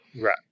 right